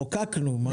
חוקקנו.